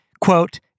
quote